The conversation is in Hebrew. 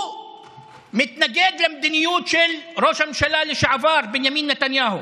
הוא מתנגד למדיניות של ראש הממשלה לשעבר בנימין נתניהו.